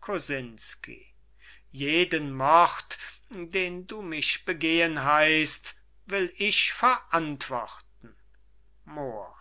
kosinsky jeden mord den du mich begehen heist will ich verantworten moor